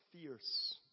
fierce